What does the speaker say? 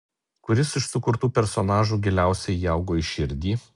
kuris iš sukurtų personažų giliausiai įaugo į širdį